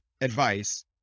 advice